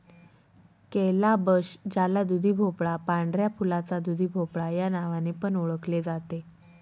calabash ज्याला दुधीभोपळा, पांढऱ्या फुलाचा दुधीभोपळा या नावाने पण ओळखले जाते